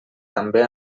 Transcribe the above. també